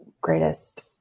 greatest